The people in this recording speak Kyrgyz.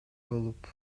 болуп